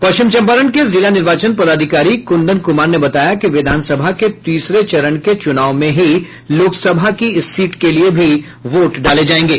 पश्चिम चंपारण के जिला निर्वाचन पदाधिकारी कुंदन कुमार ने बताया कि विधानसभा के तीसरे चरण के चुनाव में ही लोकसभा की इस सीट के लिए भी वोट डाले जायेंगे